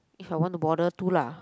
if I want to bother to lah